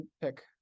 pick